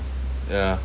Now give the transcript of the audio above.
yeah